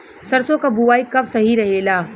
सरसों क बुवाई कब सही रहेला?